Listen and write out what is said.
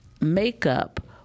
makeup